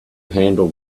handle